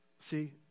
See